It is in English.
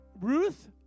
Ruth